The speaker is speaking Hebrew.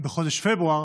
בחודש פברואר,